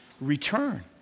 return